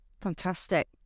Fantastic